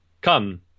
come